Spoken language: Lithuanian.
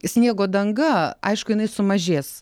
sniego danga aišku jinai sumažės